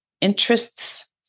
interests